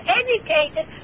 educated